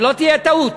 שלא תהיה טעות.